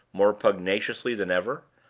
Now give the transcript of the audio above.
more pugnaciously than ever,